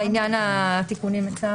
לעניין התיקונים לצו?